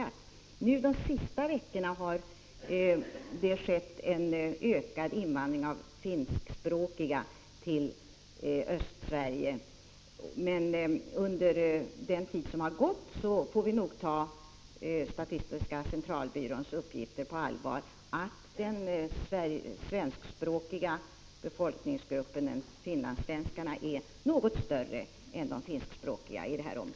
1985/86:53 senaste veckorna har det skett en ökad invandring av finskspråkiga till 17 december 1985 = Östsverige, men vi får nog trots detta ta statistiska centralbyråns uppgifter på allvar, att den svenskspråkiga befolkningsgruppen, finlandssvenskarna, är